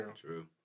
True